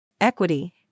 Equity